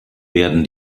werden